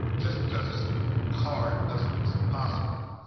just because it's hard doesn't mean it's impossible.